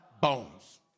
bones